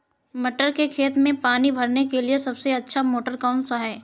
मटर के खेत में पानी भरने के लिए सबसे अच्छा मोटर कौन सा है?